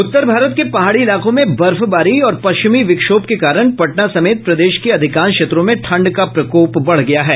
उत्तर भारत के पहाड़ी इलाकों में बर्फबारी और पश्चिमी विक्षोभ के कारण पटना समेत प्रदेश के अधिकांश क्षेत्रों में ठंड का प्रकोप बढ़ गया है